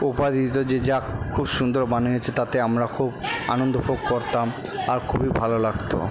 উপাধি দিতো যে যাক খুব সুন্দর বানিয়েছো তাতে আমরা খুব আনন্দ করতাম আর খুবই ভালো লাগতো